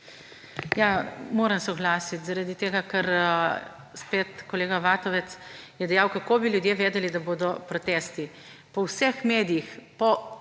moram se oglasiti zaradi tega, ker spet kolega Vatovec je dejal, kako bi ljudje vedeli, da bodo protesti. Po vseh medijih,